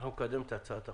אנחנו נקדם את הצעת החוק.